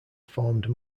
formed